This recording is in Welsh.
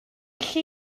lle